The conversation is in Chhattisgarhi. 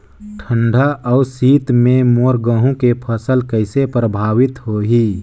ठंडा अउ शीत मे मोर गहूं के फसल कइसे प्रभावित होही?